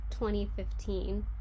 2015